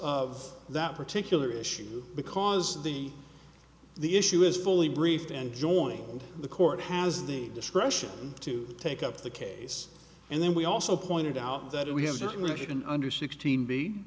of that particular issue because the the issue is fully briefed and joining the court has the discretion to take up the case and then we also pointed out that we have just written under sixteen b